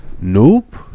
Nope